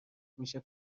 میشه